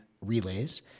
relays